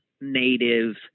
native